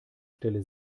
stelle